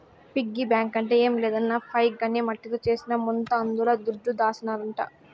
piggy bank అంటే ఏం లేదన్నా పైగ్ అనే మట్టితో చేసిన ముంత అందుల దుడ్డు దాసినారంట